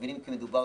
מבינים שמדובר,